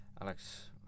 Alex